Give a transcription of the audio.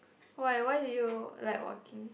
why why did you like walking